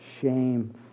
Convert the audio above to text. shame